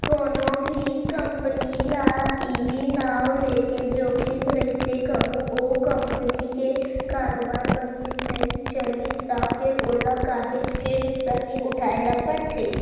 कोनो भी कंपनी ल इहीं नांव लेके जोखिम रहिथे कहूँ ओ कंपनी के कारोबार बने नइ चलिस त फेर ओला काहेच के नुकसानी उठाय ल परथे